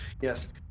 Yes